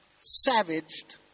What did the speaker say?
savaged